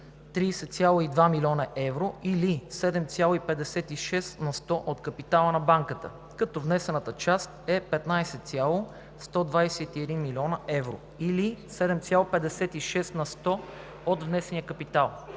30,2 млн. евро, или 7,56 на сто от капитала на Банката, като внесената част е 15,121 млн. евро, или 7,56 на сто от внесения капитал.